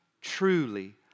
truly